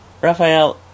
Raphael